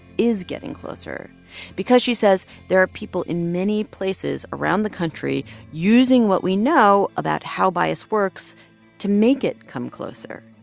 is getting closer because she says there are people in many places around the country using what we know about how bias works to make it come closer,